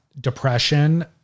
depression